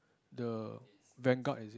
the vanguard is it